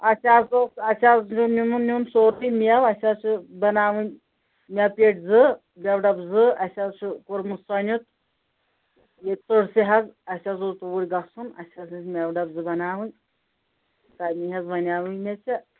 اَسہِ حظ اوس اَسہِ حظ نیٚن سورُے میوٕ اَسہِ حظ چھِ بَناوٕنۍ میوٕ پیٹہِ زٕ میوٕ ڈَبہٕ زٕ اَسہِ حظ چھُ کوٚرمُت سۄنیُت یہِ تُرسہِ حظ اَسہ حظ اوس توٗرۍ گژھُن اَسہِ حظ ٲسۍ میوٕ ڈَبہٕ زٕ بناوٕنۍ تَمی حظ وَنیٛاوٕے مےٚ ژےٚ